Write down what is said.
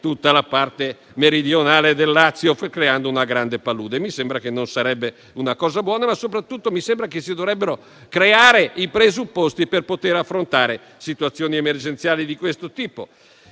tutta la parte meridionale del Lazio, creando una grande palude. Mi sembra che non sarebbe una cosa buona, ma soprattutto che si dovrebbero creare i presupposti per poter affrontare situazioni emergenziali di questo tipo.